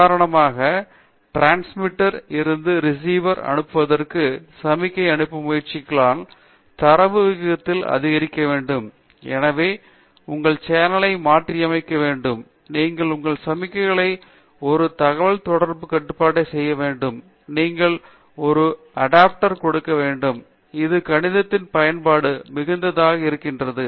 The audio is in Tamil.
உதாரணமாக நீங்கள் டிரான்ஸ்மிட்டர் இருந்து ரிசீவருக்கு அனுப்புவதற்கு சமிக்ஞை அனுப்ப முயற்சிக்கிறீர்களானால் தரவு விகிதங்கள் அதிகரிக்க வேண்டும் எனவே உங்கள் சேனலை மாற்றியமைக்க வேண்டும் நீங்கள் உங்கள் சமிக்ஞையின் ஒரு தகவல்தொடர்பு கட்டுப்பாட்டை செய்ய வேண்டும் நீங்கள் ஒரு பின்னூட்ட அடாப்டர் கொடுக்க வேண்டும் இது கணிதத்தின் பயன்பாடு மிகுந்ததாக இருக்கிறது